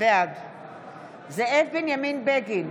בעד זאב בנימין בגין,